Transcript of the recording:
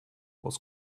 was